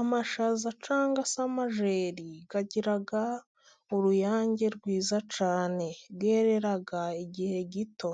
Amashaza cyangwa se amajeri agira uruyange rwiza cyane, yerera igihe gito,